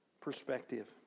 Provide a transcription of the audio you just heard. perspective